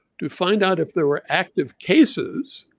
to find out if there were active cases.